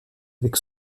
avec